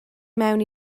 mewn